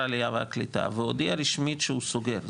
העלייה והקליטה והוא הודיע רשמית שהוא סוגר,